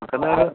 എന്നാണ്